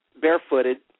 barefooted